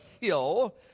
Hill